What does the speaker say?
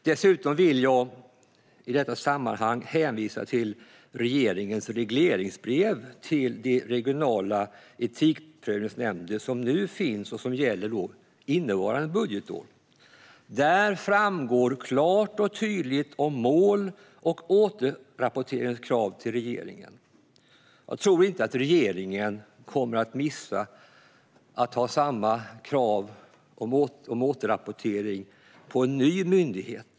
Dessutom vill jag i detta sammanhang hänvisa till regeringens regleringsbrev till de regionala etikprövningsnämnder som nu finns. Dessa gäller för innevarande budgetår. Där framgår klart och tydligt mål och återrapporteringskrav till regeringen. Jag tror inte att regeringen kommer att missa att ställa samma krav på återrapportering på en ny myndighet.